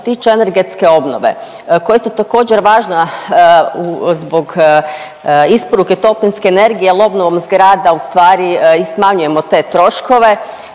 tiče energetske obnove koje su također važna zbog isporuke toplinske energije jel obnovom zgrada ustvari i smanjujemo te troškove,